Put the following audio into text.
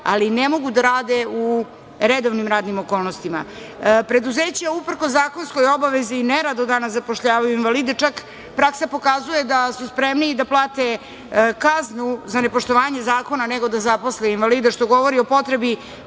ali ne mogu da rade u redovnim radnim okolnostima. Preduzeća, uprkos zakonskoj obavezi, nerado danas zapošljavaju invalide, čak praksa pokazuje da su spremniji da plate kaznu za nepoštovanje zakona nego da zaposle invalida, što govori o potrebi